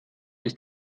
ist